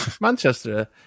Manchester